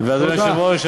ואדוני היושב-ראש,